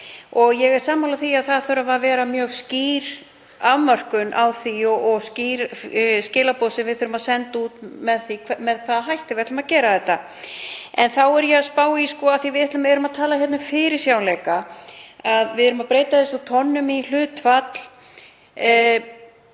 Ég er sammála því að það þarf að vera mjög skýr afmörkun á því og skýr skilaboð sem við þurfum að senda út um það með hvaða hætti við ætlum að gera þetta. En þá er ég að spá í, af því við erum að tala um fyrirsjáanleika, að við erum að breyta þessu úr tonnum í hlutfall,